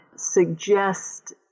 suggest